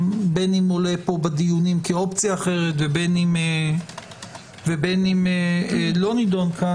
בין אם עולה פה בדיונים כאופציה אחרת ובין אם לא נדון כאן,